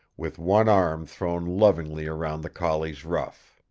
with one arm thrown lovingly round the collie's ruff.